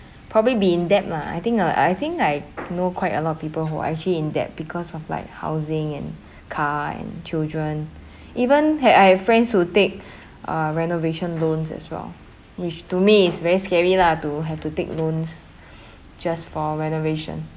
probably be in debt lah I think uh I think I know quite a lot of people who are actually in debt because of like housing and car and children even ha~ I have friends who take uh renovation loans as well which to me is very scary lah to have to take loans just for renovation